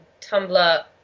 Tumblr